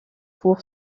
pour